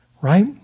Right